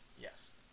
Yes